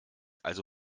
also